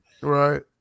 Right